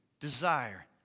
desire